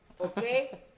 okay